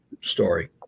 story